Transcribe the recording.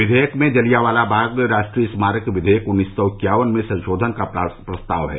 विवेयक में जालियांवाला बाग राष्ट्रीय स्मारक विवेयक उन्नीस सौ इक्यावन में संशोधन का प्रस्ताव है